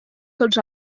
tots